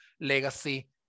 legacy